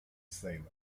sailor